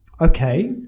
Okay